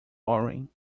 boring